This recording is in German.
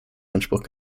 anspruch